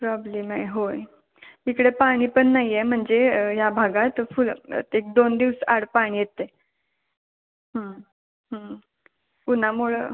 problem आहे होय इकडे पाणी पण नाही आहे म्हणजे या भागात फुलं एकदोन दिवस आड पाणी येत आहे ऊन्हामुळं